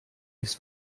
ist